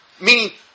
Meaning